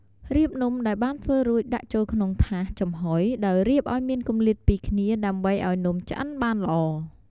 រៀបនំដែលបានធ្វើរួចដាក់ចូលក្នុងថាសចំហុយ ដោយរៀបឲ្យមានគម្លាតពីគ្នា ដើម្បីឲ្យនំឆ្អិនបានល្អ។